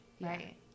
Right